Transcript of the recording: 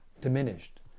diminished